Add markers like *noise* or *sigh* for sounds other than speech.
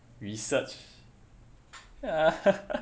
research *laughs*